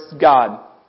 God